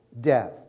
Death